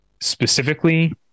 specifically